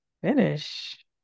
finish